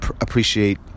appreciate